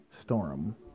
storm